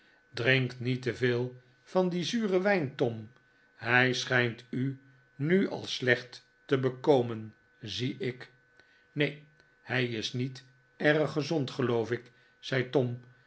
drink niet te veel van dien zuren wijn tom hij schijnt u nu al slecht te bekomen zie ik neen hij is niet erg gezond geloof ik zei tom